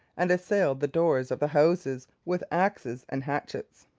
and assailed the doors of the houses with axes and hatchets.